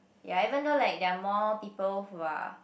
ya even though like there are more people who are